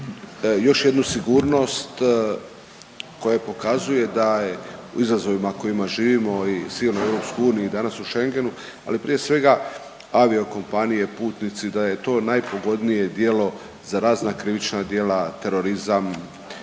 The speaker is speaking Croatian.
još jednu sigurnost koja pokazuje da u izazovima u kojima živimo i cijeloj EU i danas u Schengenu, ali prije svega aviokompanije, putnice da je to najpogodnije djelo za razna krivična djela, terorizam,